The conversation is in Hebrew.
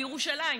בירושלים,